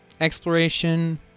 exploration